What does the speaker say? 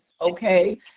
okay